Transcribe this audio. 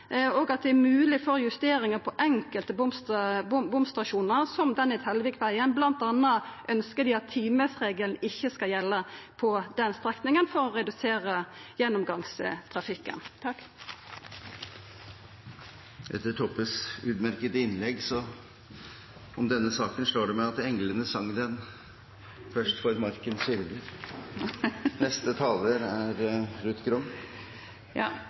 er moglegheit for justeringar av enkelte bomstasjonar, som den i Tellevikveien. Blant anna ynskjer vi at timesregelen ikkje skal gjelda på den strekninga, for å redusera gjennomgangstrafikken. Etter Toppes utmerkete innlegg om denne saken slår det meg at «englene sang den, først for markens hyrder». Det er